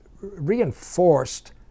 reinforced